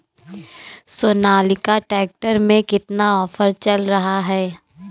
Sonalika tractor में कितना offer चल रहा है?